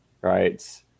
Right